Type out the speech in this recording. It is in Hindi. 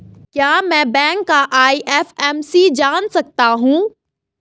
क्या मैं बैंक का आई.एफ.एम.सी जान सकता हूँ?